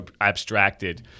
abstracted